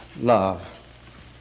love